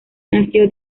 nació